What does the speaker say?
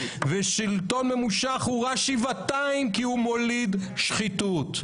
ושלטון ממושך הוא רע שבעתיים הוא כי הוא מוליד שחיתות.